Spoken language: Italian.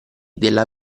della